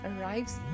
arrives